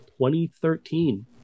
2013